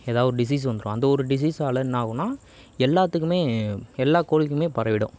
ஏதாவதொரு டிசீஸ் வந்துடும் அந்த ஒரு டிசீஸால் என்னாகும்னால் எல்லாத்துக்குமே எல்லா கோழிக்குமே பரவிவிடும்